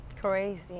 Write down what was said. Crazy